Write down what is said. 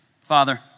Father